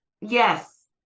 Yes